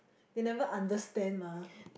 they never understand mah